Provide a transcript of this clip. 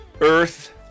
Earth